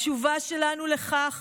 התשובה שלנו לכך?